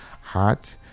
hot